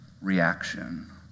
reaction